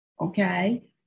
okay